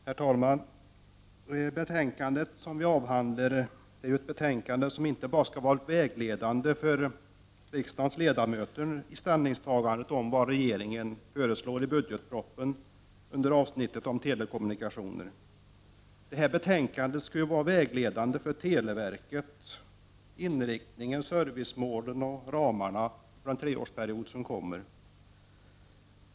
Herr talman! Det betänkande som vi nu avhandlar skall inte bara vara vägledande för riksdagens ledamöter vid ställningstagandet till vad regeringen föreslår i budgetpropositionen under avsnittet om telekommunikationer. Betänkandet skall också vara vägledande för televerket i fråga om inriktningen, servicemålen och ramarna för den treårsperiod som kommer.